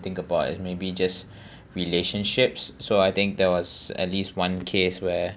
think about is maybe just relationships so I think there was at least one case where